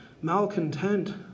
malcontent